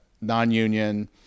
non-union